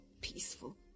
peaceful